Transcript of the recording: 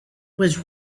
was